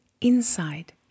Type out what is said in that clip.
inside